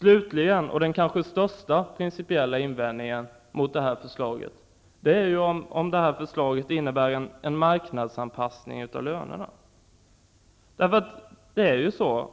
Den kanske största principiella invändningen mot det här förslaget gäller om det innebär en marknadsanpassning av lönerna.